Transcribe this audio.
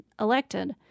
elected